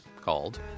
called